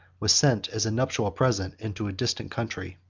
was sent as a nuptial present into a distant country.